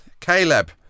caleb